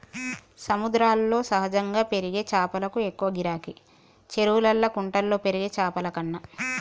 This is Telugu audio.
సముద్రాల్లో సహజంగా పెరిగే చాపలకు ఎక్కువ గిరాకీ, చెరువుల్లా కుంటల్లో పెరిగే చాపలకన్నా